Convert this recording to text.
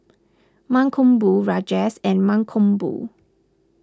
Mankombu Rajesh and Mankombu